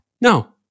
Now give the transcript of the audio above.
No